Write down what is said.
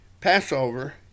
Passover